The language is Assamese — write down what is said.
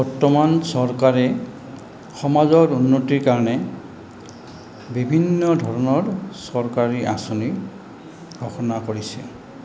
বৰ্তমান চৰকাৰে সমাজৰ উন্নতিৰ কাৰণে বিভিন্ন ধৰণৰ চৰকাৰী আঁচনি ঘোষণা কৰিছে